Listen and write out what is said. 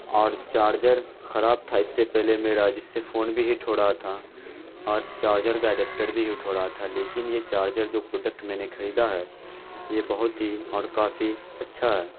اور چاڑجر خراب تھا اس سے پہلے میرا جس سے فون بھی ہیٹ ہو رہا تھا اور چاڑجر کا ایڈپٹڑ بھی ہیٹ ہو رہا تھا لیکن یہ چاڑجر جو پروڈکٹ میں نے خریدا ہے یہ بہت ہی اور کافی اچھا ہے